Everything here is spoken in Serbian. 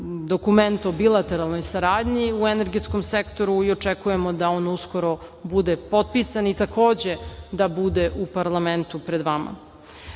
dokument o bilateralnoj saradnji u energetskom sektoru i očekujemo da on uskoro bude potpisan i takođe da budu u parlamentu pred vama.